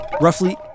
Roughly